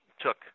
took